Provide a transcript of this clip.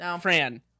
Fran